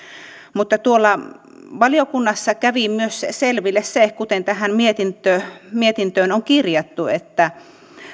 mutta tuolla valiokunnassa kävi myös selville se kuten tähän mietintöön on kirjattu että